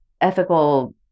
ethical